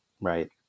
right